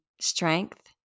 strength